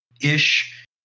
ish